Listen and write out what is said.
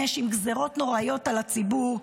2025, עם גזרות נוראיות על הציבור,